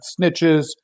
snitches